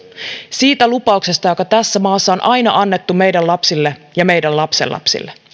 siitä lupauksesta joka tässä maassa on aina annettu meidän lapsillemme ja meidän lapsenlapsillemme